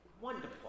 wonderful